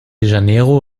janeiro